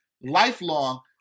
lifelong